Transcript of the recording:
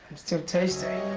still tasty.